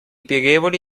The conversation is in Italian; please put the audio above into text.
pieghevoli